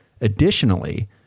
Additionally